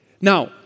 Now